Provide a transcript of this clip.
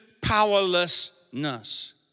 powerlessness